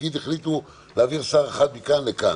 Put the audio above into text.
נגיד החליטו להעביר שר אחד מכאן לכאן